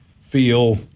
feel